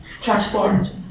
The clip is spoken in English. transformed